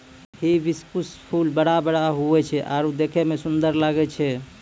hibiscus फूल बड़ा बड़ा हुवै छै आरु देखै मे सुन्दर लागै छै